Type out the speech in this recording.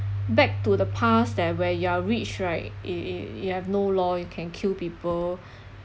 back to the past that where you are rich right y~ y~ you have no law you can kill people